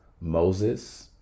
Moses